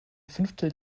fünftel